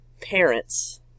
parents